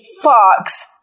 Fox